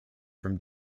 from